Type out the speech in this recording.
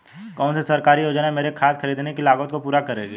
कौन सी सरकारी योजना मेरी खाद खरीदने की लागत को पूरा करेगी?